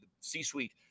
C-suite